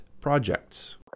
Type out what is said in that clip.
projects